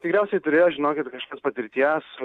tikriausiai turėjo žinokit kažkokios patirties